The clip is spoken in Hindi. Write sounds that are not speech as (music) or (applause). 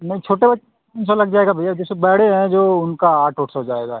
नहीं छोटे (unintelligible) तीन सौ लग जाएगा भैया जैसे बड़े हैं जो उनका आठ ओठ सौ जाएगा